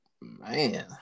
man